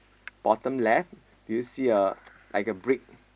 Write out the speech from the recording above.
bottom left do you see a like a brick